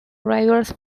rivers